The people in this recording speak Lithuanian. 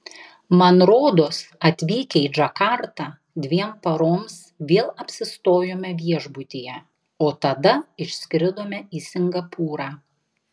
man rodos atvykę į džakartą dviem paroms vėl apsistojome viešbutyje o tada išskridome į singapūrą